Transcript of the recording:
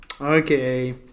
Okay